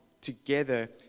together